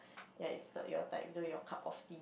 ya it's not your type you know your cup of tea